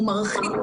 הוא מרחיק,